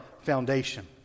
foundation